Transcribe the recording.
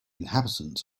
inhabitants